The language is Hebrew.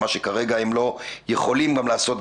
מה שכרגע הם לא יכולים גם לעשות,